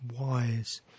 Wise